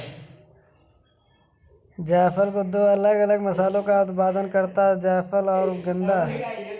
जायफल दो अलग अलग मसालों का उत्पादन करता है जायफल और गदा